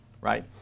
right